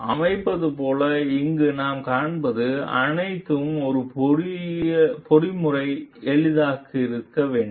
அமைப்பு போல இங்கு நாம் காண்பது அனைத்தும் ஒரு பொறிமுறையை எளிதாக்கியிருக்க வேண்டும்